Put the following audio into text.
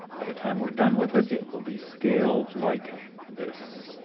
by the time we're done with it, it will be scaled like this.